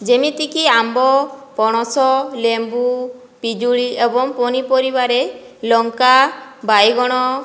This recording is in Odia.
ଯେମିତିକି ଆମ୍ବ ପଣସ ଲେମ୍ବୁ ପିଜୁଳି ଏବଂ ପନିପରିବାରେ ଲଙ୍କା ବାଇଗଣ